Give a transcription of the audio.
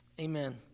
Amen